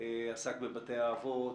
שעסק בבתי האבות,